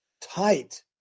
tight